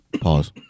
Pause